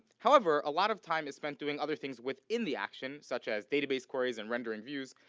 however, a lot of time is spent doing other things within the action such as database queries and rendering views,